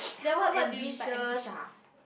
how ambitious ah